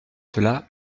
cela